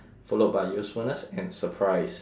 followed by usefulness and surprise